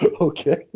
Okay